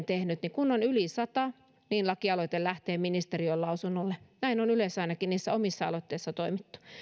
tehnyt kun on yli sata niin lakialoite lähtee ministeriöön lausunnolle näin on yleensä ainakin niissä omissa aloitteissani toimittu